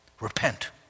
Repent